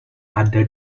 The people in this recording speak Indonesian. ada